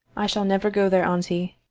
i shall never go there, auntie.